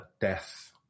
death